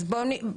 צריך לבדוק את זה.